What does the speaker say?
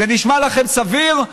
זה נשמע לכם סביר?